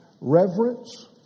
reverence